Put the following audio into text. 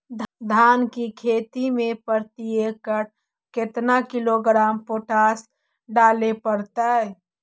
धान की खेती में प्रति एकड़ केतना किलोग्राम पोटास डाले पड़तई?